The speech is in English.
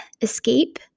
escape